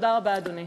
תודה רבה, אדוני.